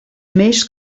més